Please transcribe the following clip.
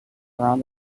around